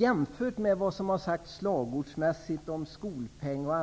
Jämfört med vad som har sagts om t.ex. skolpeng och